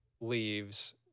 leaves